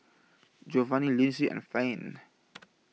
Jovanni Lindsay and Finn